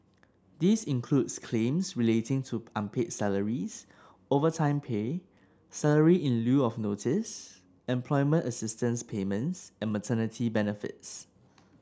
this includes claims relating to unpaid salaries overtime pay salary in lieu of notice employment assistance payments and maternity benefits